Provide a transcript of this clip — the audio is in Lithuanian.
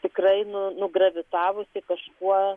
tikrai nu nugravitavusi kažkuo